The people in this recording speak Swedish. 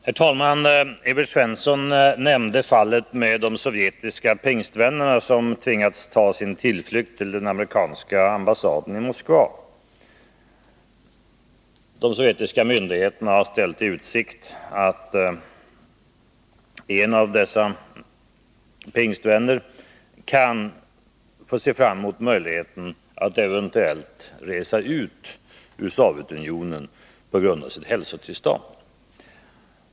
Herr talman! Evert Svensson nämnde fallet med de sovjetiska pingstvännerna som tvingats ta sin tillflykt till den amerikanska ambassaden i Moskva. De sovjetiska myndigheterna har ställt i utsikt att en av dessa pingstvänner kan få se fram emot att eventuellt få resa ut ur Sovjetunionen på grund av sitt hälsotillstånd.